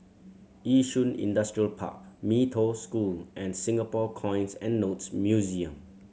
Yishun Industrial Park Mee Toh School and Singapore Coins and Notes Museum